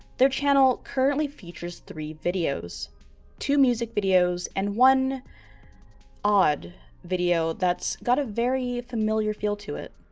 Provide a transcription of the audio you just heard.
their channel currently features three videos two music videos and one odd video that's got a very familiar feel to it.